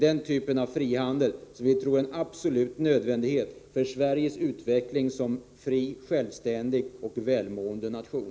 Det är denna frihandel som vi tror är absolut nödvändig för Sveriges utveckling som fri, självständig och välmående nation.